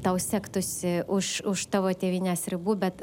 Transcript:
tau sektųsi už už tavo tėvynės ribų bet